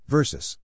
Versus